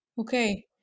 okay